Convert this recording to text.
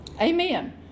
Amen